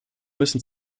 müssen